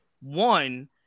One